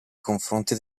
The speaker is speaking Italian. confronti